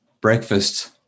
breakfast